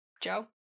Joe